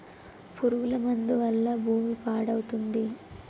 పురుగుల మందు వల్ల భూమి పాడవుతుంది